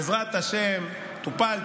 בעזרת השם היא תטופל,